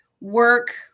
work